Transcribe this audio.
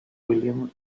william